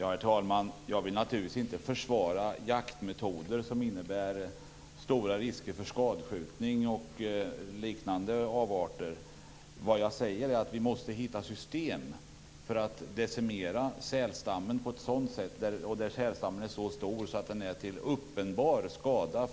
Herr talman! Jag vill naturligtvis inte försvara jaktmetoder som innebär stora risker för skadskjutning och liknande avarter. Vad jag säger är att vi måste hitta system för att decimera sälstammen där den är så stor att den är till uppenbar skada